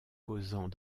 causant